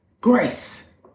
grace